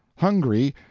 hungry,